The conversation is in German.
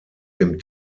dem